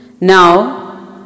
Now